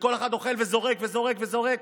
וכל אחד אוכל וזורק וזורק וזורק.